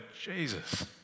Jesus